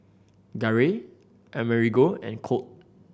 Garey Amerigo and Colt